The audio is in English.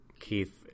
Keith